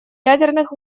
ядерных